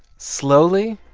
slowly,